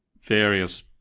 various